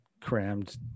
crammed